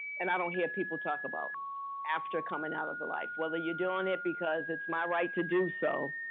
and i don't hear people talk about after coming out of the life. well, are you doing it because it's my right to do so.